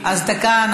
אז דקה,